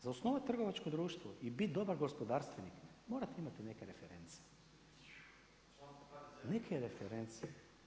Za osnovati trgovačko društvo i bit dobar gospodarstvenik, morate imati neke reference.